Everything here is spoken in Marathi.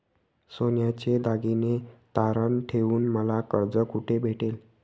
सोन्याचे दागिने तारण ठेवून मला कर्ज कुठे भेटेल?